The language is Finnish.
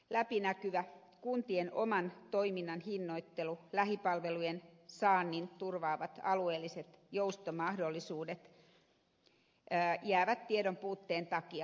läpinäkyvä kuntien oman toiminnan hinnoittelu lähipalvelujen saannin turvaavat alueelliset joustomahdollisuudet jäävät tiedonpuutteen takia käyttämättä